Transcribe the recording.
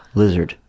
lizard